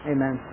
Amen